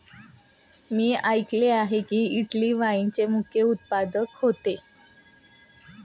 मी ऐकले आहे की, इटली वाईनचे मुख्य उत्पादक होते